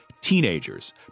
Teenagers